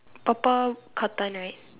purple curtain right